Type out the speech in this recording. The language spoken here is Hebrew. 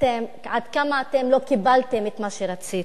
עד כמה אתם לא קיבלתם את מה שרציתם.